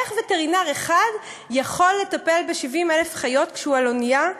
איך וטרינר אחד יכול לטפל ב-70,000 חיות כשהוא על אונייה,